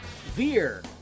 Veer